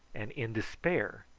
and in despair,